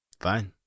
Fine